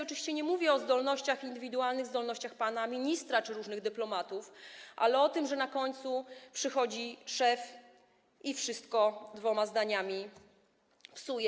Oczywiście nie mówię o zdolnościach indywidualnych, zdolnościach pana ministra czy różnych dyplomatów, ale mówię o tym, że na końcu przychodzi szef i wszystko dwoma zdaniami psuje.